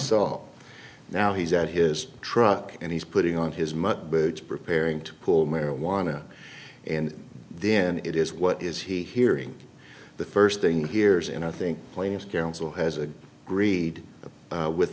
saw now he's at his truck and he's putting on his mug preparing to pull marijuana and then it is what is he hearing the first thing hears and i think plaintiff's counsel has a greed with